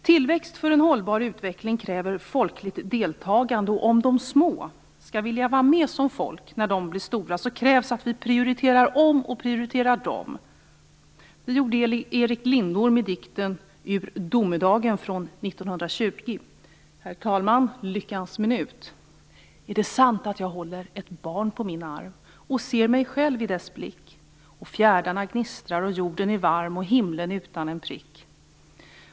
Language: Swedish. Tillväxt för en hållbar utveckling kräver folkligt deltagande, och om de små skall vilja vara med som folk när de blir stora krävs att vi prioriterar om och prioriterar dem. Det gjorde Erik Lindorm i dikten Herr talman! Är det sant att jag håller ett barn på min arm och ser mig själv i dess blick? Och fjärdarna gnistrar och jorden är varm och himlen utan en prick.